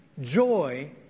joy